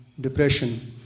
depression